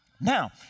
Now